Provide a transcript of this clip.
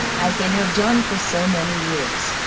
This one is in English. as they have done for so many years.